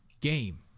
Game